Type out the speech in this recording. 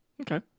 Okay